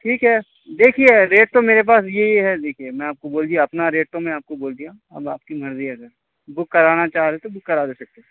ٹھیک ہے دیکھیے ریٹ تو میرے پاس یہی ہے دیکھیے میں آپ کو بول دیا اپنا ریٹ تو میں آپ کو بول دیا اب آپ کی مرضی ہے سر بک کرانا چاہ رہے تو بک کرا لے سکتے